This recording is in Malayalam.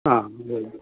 ആ